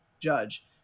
judge